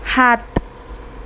সাত